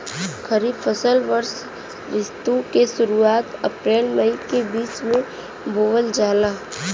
खरीफ फसल वषोॅ ऋतु के शुरुआत, अपृल मई के बीच में बोवल जाला